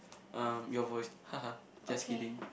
um your voice ha ha just kidding